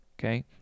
okay